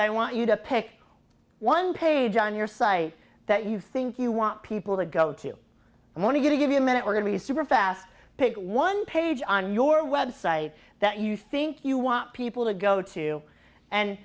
i want you to pick one page on your site that you think you want people to go to and want to give you a minute we're going to super fast pick one page on your website that you think you want people to go to and